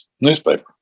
newspaper